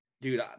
dude